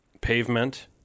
Pavement